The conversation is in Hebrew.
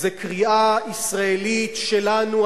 זו קריאה ישראלית שלנו,